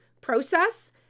process